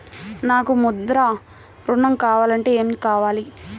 నాకు ముద్ర ఋణం కావాలంటే ఏమి కావాలి?